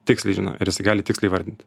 tiksliai žino ir jisai gali tiksliai įvardint